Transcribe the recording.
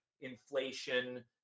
inflation